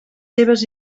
seves